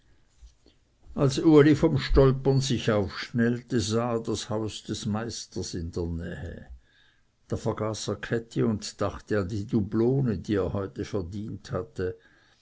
als uli vom stolpern sich aufschnellte sah er das haus des meisters in der nähe da vergaß er käthi und dachte an die dublone die er heute verdient hatte